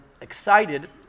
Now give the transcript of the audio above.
excited